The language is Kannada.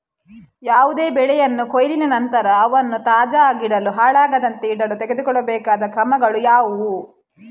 ಯಾವುದೇ ಬೆಳೆಯ ಕೊಯ್ಲಿನ ನಂತರ ಅವನ್ನು ತಾಜಾ ಆಗಿಡಲು, ಹಾಳಾಗದಂತೆ ಇಡಲು ತೆಗೆದುಕೊಳ್ಳಬೇಕಾದ ಕ್ರಮಗಳು ಯಾವುವು?